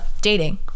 Dating